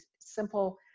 simple